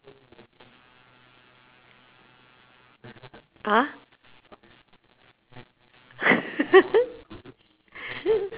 !huh!